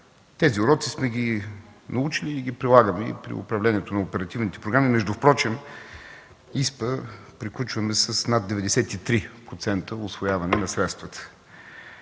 Тези уроци сме ги научили и ги прилагаме и при управлението на оперативните програми. Впрочем приключваме ИСПА с над 93% усвояване на средствата.